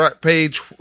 page